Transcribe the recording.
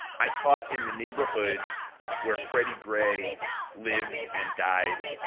i taught in the neighborhood where freddie gray lived and died.